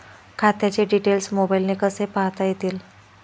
खात्याचे डिटेल्स मोबाईलने कसे पाहता येतील?